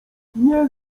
nie